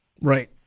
Right